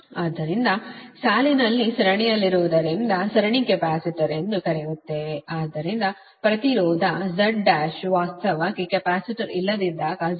ಆದ್ದರಿಂದ ಸಾಲಿನಲ್ಲಿ ಸರಣಿಯಲ್ಲಿರುವುದರೊಂದ ಸರಣಿ ಕೆಪಾಸಿಟರ್ ಎಂದು ಕರೆಯುತ್ತೇವೆ ಇದರರ್ಥ ಪ್ರತಿರೋಧ Z1 ವಾಸ್ತವವಾಗಿ ಕೆಪಾಸಿಟರ್ ಇಲ್ಲದಿದ್ದಾಗ Z R j X ಆಗಿದೆ